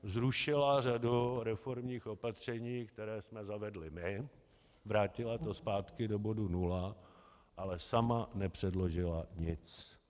Zrušila řadu reformních opatření, která jsme zavedli my, vrátila to zpátky do bodu nula, ale sama nepředložila nic.